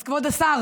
אז כבוד השר,